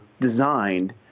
designed